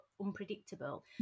unpredictable